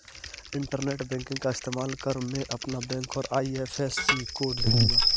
internet banking का इस्तेमाल कर मैं अपना बैंक और आई.एफ.एस.सी कोड लिखूंगा